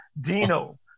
Dino